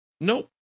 Nope